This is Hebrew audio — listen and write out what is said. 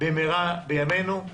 במהרה בימינו.